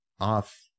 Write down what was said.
off